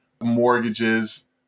mortgages